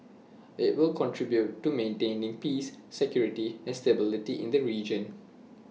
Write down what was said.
IT will contribute to maintaining peace security and stability in the region